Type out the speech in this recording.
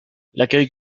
l’accueil